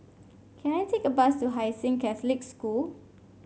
can I take a bus to Hai Sing Catholic School